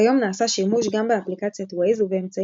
כיום נעשה שימוש גם באפליקציית Waze ובאמצעים